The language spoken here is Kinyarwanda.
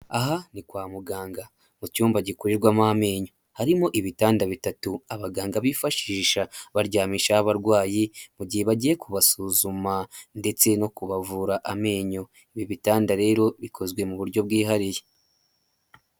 Aha ni kwa muganga mu cyumba gikurirwamo amenyo. Harimo ibitanda bitatu abaganga bifashisha baryamishaho abarwayi mu gihe bagiye kubasuzuma ndetse no kubavura amenyo, ibi bitanda rero bikozwe mu buryo bwihariye.